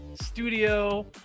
studio